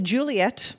Juliet